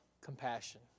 compassion